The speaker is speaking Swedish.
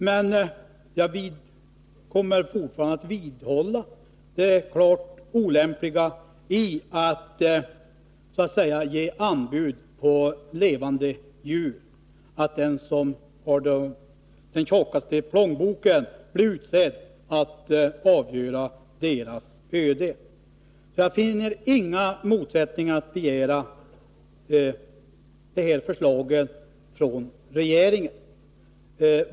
Men jag kommer att vidhålla det klart olämpliga i att man så att säga lämnar anbud på levande djur och att den som har den tjockaste plånboken blir utsedd att avgöra deras öde. Jag finner som sagt ingen motsägelse i att begära dessa förslag från regeringen.